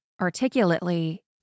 articulately